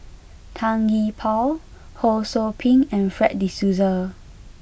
Tan Gee Paw Ho Sou Ping and Fred de Souza